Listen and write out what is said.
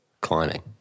climbing